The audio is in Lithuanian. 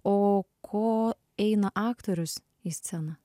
o ko eina aktorius į sceną